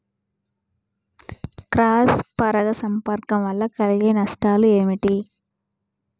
Cross పరాగ సంపర్కం వల్ల కలిగే నష్టాలు ఏమిటి?